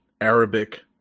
Arabic